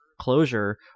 closure